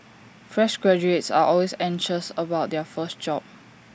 fresh graduates are always anxious about their first job